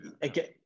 again